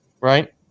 right